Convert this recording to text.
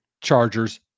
Chargers